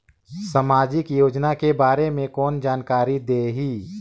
समाजिक योजना के बारे मे कोन जानकारी देही?